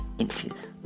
inches